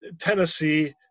Tennessee